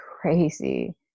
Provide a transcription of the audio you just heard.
crazy